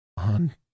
on